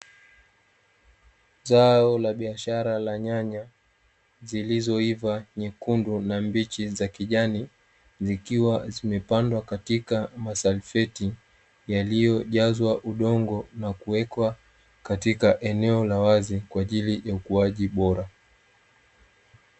Zao la biashara la nyanya zilizoiva nyekundu na mbichi za kijani zikiwa zimepandwa katika masul feti yaliyojazwa udongo na kuwekwa katika eneo la wazi kwa ajili ya ukuaji bora.